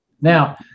Now